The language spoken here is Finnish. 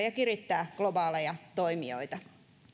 ja kirittää globaaleja toimijoita